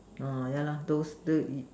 orh yeah lor those E